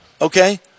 okay